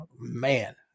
man